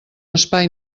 espai